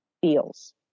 feels